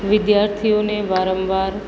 વિદ્યાર્થીઓને વારંવાર